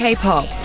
K-pop